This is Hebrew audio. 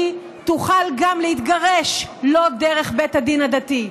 תוכל גם להתגרש לא דרך בית הדין הדתי.